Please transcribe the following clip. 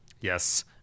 Yes